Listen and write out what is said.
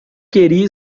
queria